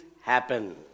happen